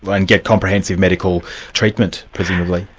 and get comprehensive medical treatment, presumably.